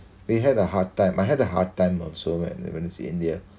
we had a hard time I had a hard time when I was in india